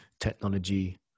technology